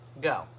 Go